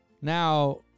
Now